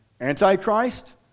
Antichrist